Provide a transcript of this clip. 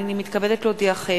הנני מתכבדת להודיעכם,